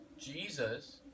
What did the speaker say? Jesus